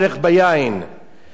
והתרבות של השתייה,